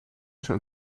schon